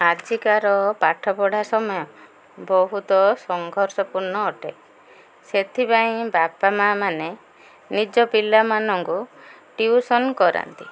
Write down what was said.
ଆଜିକାର ପାଠପଢ଼ା ସମୟ ବହୁତ ସଂଘର୍ଷପୂର୍ଣ୍ଣ ଅଟେ ସେଥିପାଇଁ ବାପାମାଆମାନେ ନିଜ ପିଲାମାନଙ୍କୁ ଟିୟୁସନ୍ କରାନ୍ତି